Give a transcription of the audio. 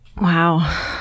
Wow